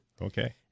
Okay